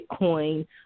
Bitcoin